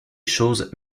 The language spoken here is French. choses